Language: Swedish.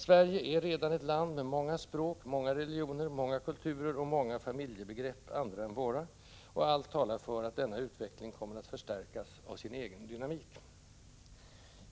Sverige är redan ett land med många språk, många religioner, många kulturer och många familjebegrepp, andra än våra, och allt talar för att denna utveckling kommer att förstärkas av sin egen dynamik.